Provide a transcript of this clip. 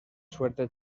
suerte